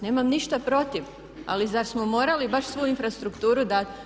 Nemam ništa protiv, ali zar smo morali baš svu infrastrukturu dat?